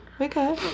Okay